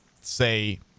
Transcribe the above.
say